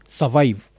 survive